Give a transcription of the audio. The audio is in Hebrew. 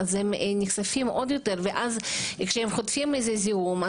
אז הם נחשפים עוד יותר ואז איך שהם חוטפים איזשהו זיהום,